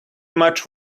much